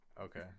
Okay